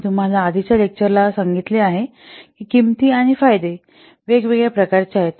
मी तुम्हाला आधीच्या लेक्चरला आधीच सांगितले आहे की किंमती आणि फायदे वेगवेगळ्या प्रकारचे आहेत